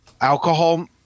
Alcohol